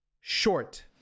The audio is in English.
short